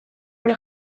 bere